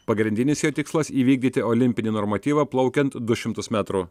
pagrindinis jo tikslas įvykdyti olimpinį normatyvą plaukiant du šimtus metrų